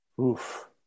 Oof